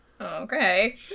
okay